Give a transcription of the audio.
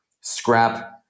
scrap